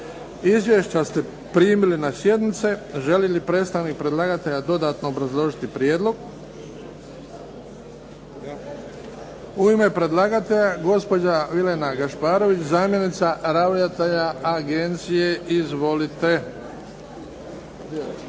Izvješća ste primili na sjednice. Želi li predstavnik predlagatelja dodatno obrazložiti prijedlog? U ime predlagatelja gospođa Vilena Gašparović, zamjenica ravnatelja agencije. Izvolite.